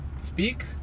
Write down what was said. speak